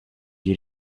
you